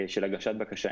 של הגשת בקשה.